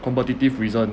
competitive reason